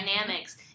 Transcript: dynamics